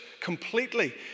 completely